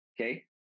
Okay